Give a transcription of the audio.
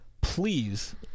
please